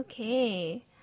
Okay